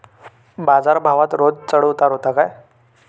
बाजार भावात रोज चढउतार व्हता काय?